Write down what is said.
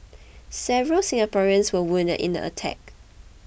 several Singaporeans were wounded in the attack